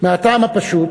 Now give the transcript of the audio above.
מהטעם הפשוט